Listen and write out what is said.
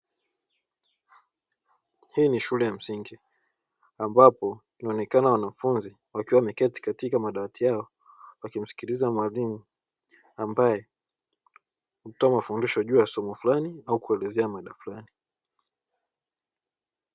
Hii ni shule ya msingi, ambapo mwenekano wa wanafunzi wakiwa wameketi katika madawati yao wakimsikiliza mwalimu ambaye anatoa mafundisho juu ya somo flani au kuelezea mada flani.